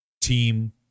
team